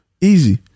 Easy